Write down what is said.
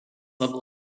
level